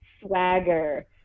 swagger